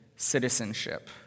citizenship